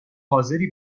حاضری